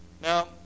Now